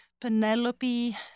Penelope